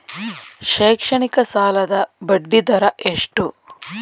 ಶೈಕ್ಷಣಿಕ ಸಾಲದ ಬಡ್ಡಿ ದರ ಎಷ್ಟು?